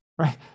Right